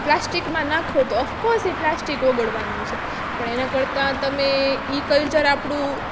પ્લાસ્ટિકમાં નાંખો તો of course એ પ્લાસ્ટિક ઓગળવાનું છે પણ એના કરતાં તમે ઈ કલ્ચર આપણું